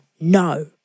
no